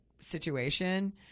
situation